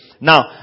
Now